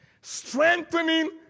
Strengthening